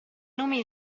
nomi